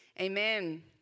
Amen